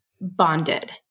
bonded